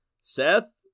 Seth